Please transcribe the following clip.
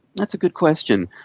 that's a good question,